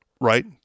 right